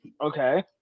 Okay